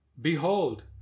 Behold